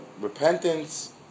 repentance